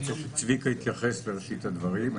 צביקה יתייחס בראשית הדברים.